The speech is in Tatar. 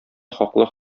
хаклы